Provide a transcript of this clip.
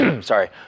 Sorry